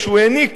כשהוא העניק